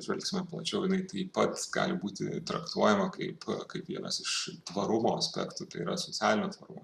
žvelgsime plačiau jinai tai pat gali būt traktuojama kaip kaip vienas iš tvarumo aspektų tai yra socialinio tvarumo